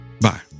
Bye